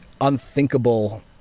unthinkable